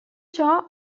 ciò